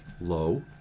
low